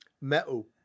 Metal